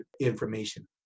information